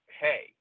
Hey